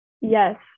Yes